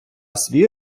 свій